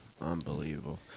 Unbelievable